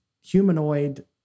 humanoid